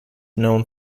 known